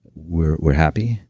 we're we're happy,